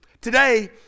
Today